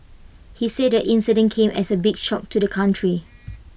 he said the incident came as A big shock to the country